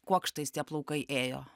kuokštais tie plaukai ėjo